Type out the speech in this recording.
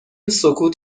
سکوت